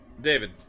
David